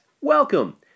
welcome